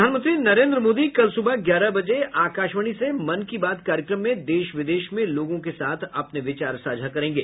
प्रधानमंत्री नरेन्द्र मोदी कल सुबह ग्यारह बजे आकाशवाणी से मन की बात कार्यक्रम में देश विदेश में लोगों के साथ अपने विचार साझा करेंगे